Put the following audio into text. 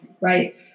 Right